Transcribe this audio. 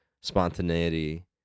spontaneity